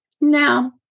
Now